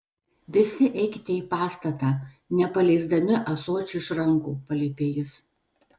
visi eikite į pastatą nepaleisdami ąsočių iš rankų paliepė jis